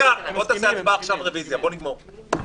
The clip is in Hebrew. תעשה הצבעה עכשיו, רביזיה, בוא נגמור עם